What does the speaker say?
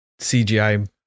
CGI